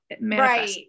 Right